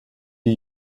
die